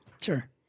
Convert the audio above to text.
Sure